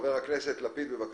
חבר הכנסת לפיד, בבקשה.